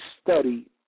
study